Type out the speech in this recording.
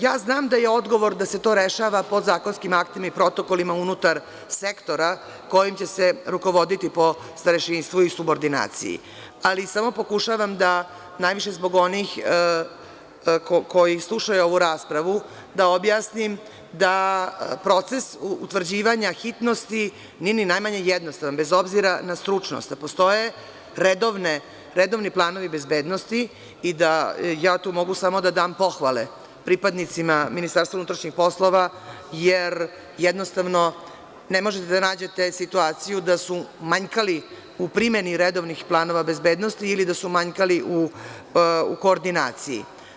Ja znam da je odgovor da se to rešava podzakonskim aktima i protokolima unutar sektora kojim će se rukovoditi po starešinstvu i subordinaciji, ali samo pokušavam da najviše zbog onih koji slušaju ovu raspravu da objasnim da proces utvrđivanja hitnosti nije ni najmanje jednostavan, bez obzira na stručnost, da postoje redovni planovi bezbednosti i ja tu mogu samo da dam pohvale pripadnicima MUP, jer jednostavno ne možete da nađete situaciju da su manjkali u primeni redovnih planova bezbednosti ili da su manjkali u koordinaciji.